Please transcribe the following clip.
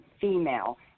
female